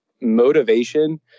motivation